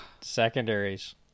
secondaries